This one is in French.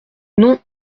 non